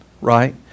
right